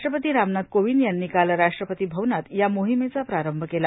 राष्ट्रपती रामनाथ कोविंद यांनी काल राष्ट्रपती भवनात या मोहिमेचा प्रारंभ केला